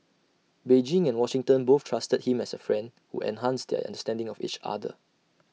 Beijing and Washington both trusted him as A friend who enhanced their understanding of each other